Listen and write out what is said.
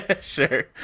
sure